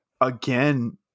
again